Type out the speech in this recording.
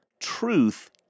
Truth